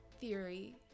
theory